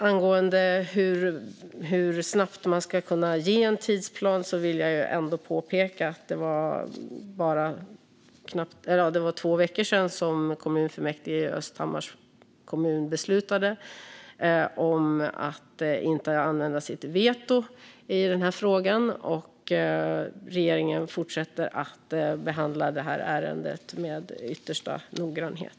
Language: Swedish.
Angående hur snabbt man ska kunna ge en tidsplan vill jag ändå påpeka att det bara är två veckor sedan som kommunfullmäktige i Östhammars kommun beslutade att inte använda sitt veto i frågan. Regeringen fortsätter att behandla ärendet med yttersta noggrannhet.